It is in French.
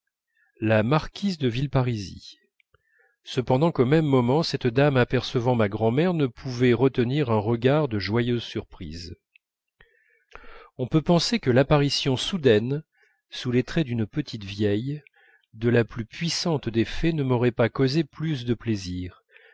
la marquise de villeparisis cependant qu'au même moment cette dame apercevant ma grand'mère ne pouvait retenir un regard de joyeuse surprise on peut penser que l'apparition soudaine sous les traits d'une petite vieille de la plus puissante des fées ne m'aurait pas causé plus de plaisir